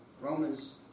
Romans